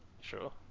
Sure